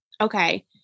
okay